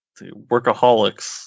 workaholics